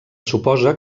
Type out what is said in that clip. suposa